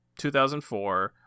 2004